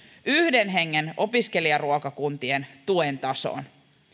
yhden hengen opiskelijaruokakuntien tuen tasoon